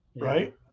right